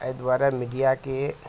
एहि दुआरे मीडियाके